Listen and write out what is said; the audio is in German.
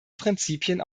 prinzipien